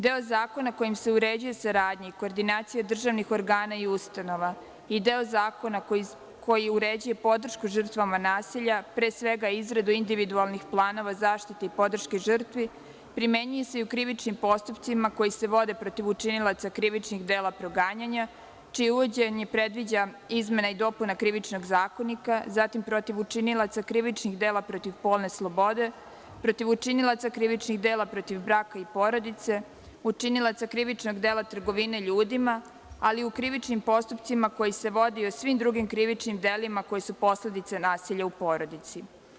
Deo zakona kojim se uređuje saradnja i koordinacija državnih organa i ustanova i deo zakona koji uređuje podršku žrtvama nasilja, pre svega izradu individualnih planova zaštite i podrške žrtvi, primenjuje se i u krivičnim postupcima koji se vode protiv učinilaca krivičnih dela proganjanja, čije uvođenje predviđa izmena i dopuna Krivičnog zakonika, zatim protiv učinilaca krivičnih dela protiv polne slobode, protiv učinilaca krivičnih dela protiv braka i porodice, učinilaca krivičnog dela trgovine ljudima, ali i u krivičnim postupcima koji se vode o svim drugim krivičnim delima koji su posledica nasilja u porodici.